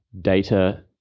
data